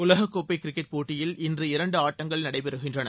உலகக் கோப்பை கிரிக்கெட் போட்டியில் இன்று இரண்டு ஆட்டங்கள் நடைபெறுகின்றன